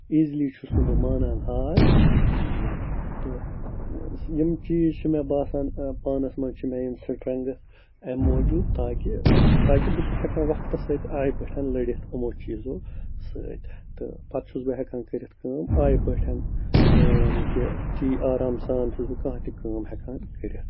easily چھُس نہٕ بہٕ مانان ہار کِہیٖنۍ تہٕ یِم چیٖز چھِ مےٚ باسان پانَس منٛز چھِ مےٚ یِم سٕٹرَنٛگٕتھ امہِ موٗجوٗب تاکہِ تاکہِ بہٕ چھُس ہٮ۪کان وقتَس سۭتۍ آیہِ پٲٹھۍ لٔڑِتھ اُمو چیٖزو سۭتۍ تہٕ پَتہٕ چھُس بہ ہٮ۪کان کٔرِتھ کٲم آیہِ پٲٹھۍ یعنی کہِ چی آرام سان چھُس بہٕ کانٛہہ تہِ کٲم ہٮ۪کان کٔرِتھ